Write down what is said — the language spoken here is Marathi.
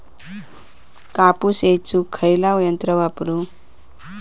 कापूस येचुक खयला यंत्र वापरू?